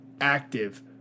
active